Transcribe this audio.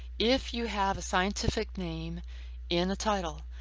if you have a scientific name in a title,